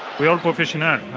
we are professional.